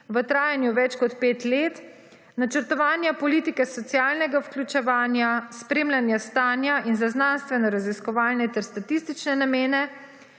v trajanju več kot 5 let, načrtovanja politike socialnega vključevanja, spremljanje stanja in za znanstvene raziskovalne ter statistične namene,